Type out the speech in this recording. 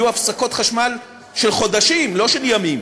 יהיו הפסקות חשמל של חודשים ולא של ימים.